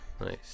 Nice